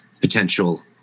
potential